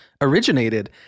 originated